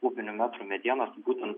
kubinių metrų medienos būtent